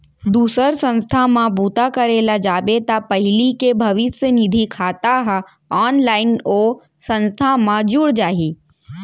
दूसर संस्था म बूता करे ल जाबे त पहिली के भविस्य निधि खाता ह ऑनलाइन ओ संस्था म जुड़ जाही